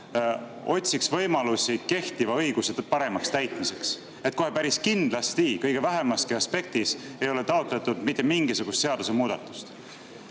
otsiks võimalusi kehtiva õiguse paremaks täitmiseks. Kohe päris kindlasti, vähimaski aspektis ei ole taotletud mitte mingisugust seadusemuudatust.